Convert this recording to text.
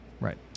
Right